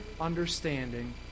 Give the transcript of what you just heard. understanding